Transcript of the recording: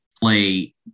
play